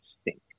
stink